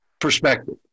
perspective